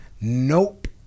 Nope